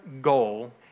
goal